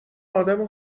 ادم